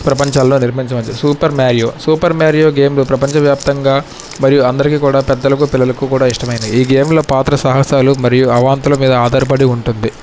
ప్రపంచంలో నిర్మించినది super Mario super Mario గేమ్లో ప్రపంచవ్యాప్తంగా మరియు అందరికీ కూడా పెద్దలకు పిల్లలకు కూడా ఇష్టమైనది ఈ గేమ్లో పాత్ర సాహసాలు మరియు అవాంతుల మీద ఆధారపడి ఉంటుంది